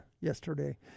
yesterday